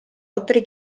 autori